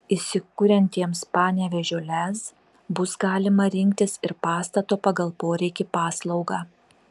įsikuriantiems panevėžio lez bus galima rinktis ir pastato pagal poreikį paslaugą